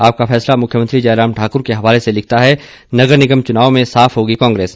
आपका फैसला मुख्यमंत्री जयराम ठाकुर के हवाले से लिखता है नगर निगम चुनाव में साफ होगी कांग्रे स